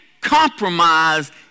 compromise